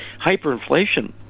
hyperinflation